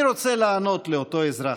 אני רוצה לענות לאותו אזרח.